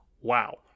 Wow